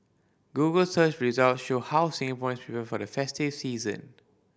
google search results show how Singaporeans prepare for the festive season